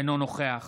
אינו נוכח